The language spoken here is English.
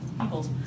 peoples